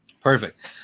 Perfect